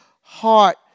heart